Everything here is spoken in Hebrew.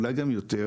ואולי גם יותר.